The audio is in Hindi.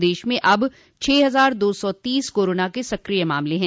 प्रदेश में अब छह हजार दो सौ तीस कोरोना के सक्रिय मामले हैं